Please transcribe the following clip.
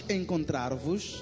encontrar-vos